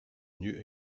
new